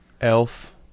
elf